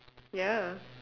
ya